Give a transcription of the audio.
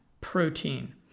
protein